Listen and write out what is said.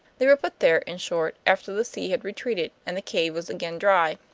they were put there, in short, after the sea had retreated and the cave was again dry.